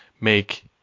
make